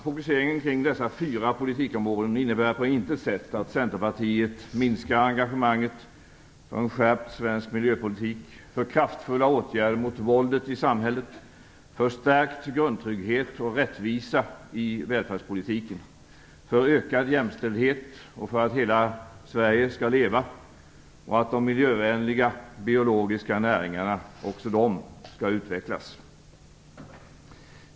Fokuseringen till dessa fyra politikområden innebär på intet sätt att Centerpartiet minskar engagemanget för en skärpt svensk miljöpolitik, för kraftfulla åtgärder mot våldet i samhället, för stärkt grundtrygghet och rättvisa i välfärdspolitiken, för ökad jämställdhet och för att hela Sverige skall leva och att också de miljövänliga biologiska näringarna skall utvecklas.